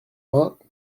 vingts